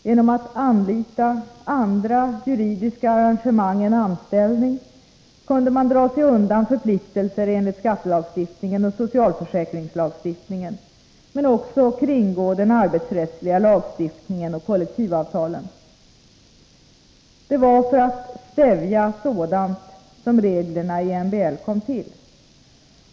Genom att anlita andra juridiska arrangemang än anställning kunde man dra sig undan förpliktelser enligt skattelagstiftningen och socialförsäkringslagstiftningen men också kringgå den arbetsrättsliga lagstiftningen och kollektivavtalen. Det var för att stävja sådant som reglerna i MBL kom till.